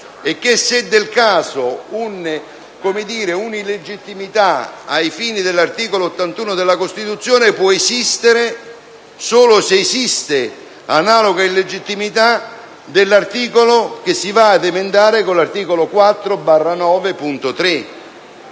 e che, se del caso, un'illegittimità ai fini dell'articolo 81 della Costituzione può esistere solo se esiste analoga illegittimità dell'articolo che si va ad emendare con l'emendamento 4.9/3.